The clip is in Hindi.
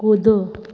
कूदो